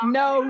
no